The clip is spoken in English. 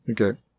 Okay